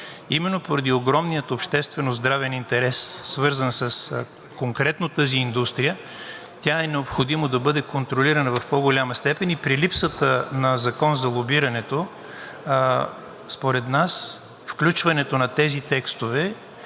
Именно поради огромния обществено-здравен интерес, свързан конкретно с тази индустрия, тя е необходимо да бъде контролирана в по-голяма степен. При липсата на закон за лобирането, според нас, включването на тези текстове